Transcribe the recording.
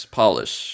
polish